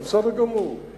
זה בסדר גמור,